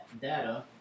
data